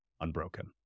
unbroken